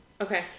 Okay